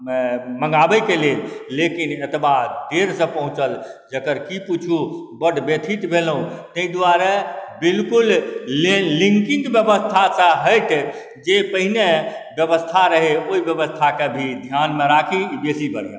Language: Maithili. मँगाबैके लेल लेकिन एतबा देरसँ पहुँचल जकर की पुछू बड्ड व्यथित भेलहुँ ताहि दुआरे बिल्कुल लेन लिन्किंग बेबस्थासँ हटि जे पहिने बेबस्था रहै ओहि बेबस्थाके भी धियानमे राखी बेसी बढ़िआँ